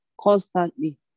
constantly